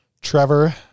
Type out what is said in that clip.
Trevor